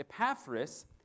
Epaphras